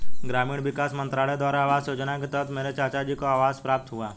ग्रामीण विकास मंत्रालय द्वारा आवास योजना के तहत मेरे चाचाजी को आवास प्राप्त हुआ